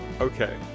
Okay